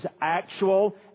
actual